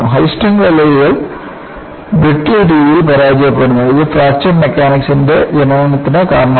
high strength അലോയ്കൾ brittle രീതിയിൽ പരാജയപ്പെടുന്നു ഇത് ഫ്രാക്ചർ മെക്കാനിക്സിന്റെ ജനനത്തിന് കാരണമായി